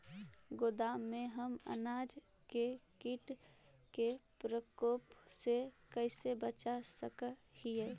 गोदाम में हम अनाज के किट के प्रकोप से कैसे बचा सक हिय?